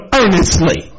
earnestly